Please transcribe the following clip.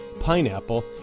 pineapple